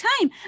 time